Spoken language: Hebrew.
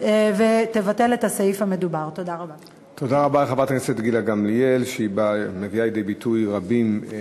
ובטח ובטח לא עבור הרצון של מדינת ישראל שיהיו בה ילדים וילדות.